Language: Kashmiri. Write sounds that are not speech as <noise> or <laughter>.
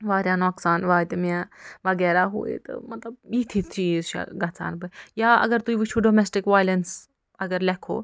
واریاہ نۄقصان واتہِ مےٚ وغیرہ ہُو یہِ تہٕ مطلب یِتھۍ یتھۍ چیٖز چھِ <unintelligible> گژھان تہٕ یا اَگر تُہۍ وُچھُو ڈومیٚسٹِک وۄایلیٚنٕس اَگر لیٚکھو